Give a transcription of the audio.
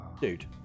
dude